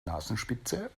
nasenspitze